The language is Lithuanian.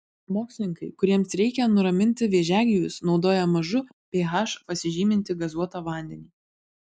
mokslininkai kuriems reikia nuraminti vėžiagyvius naudoja mažu ph pasižymintį gazuotą vandenį